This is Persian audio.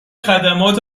خدمات